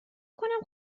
کنم